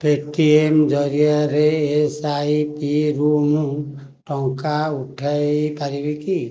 Paytm ଜରିଆରେ S I P ରୁ ମୁଁ ଟଙ୍କା ଉଠେଇପାରିବି କି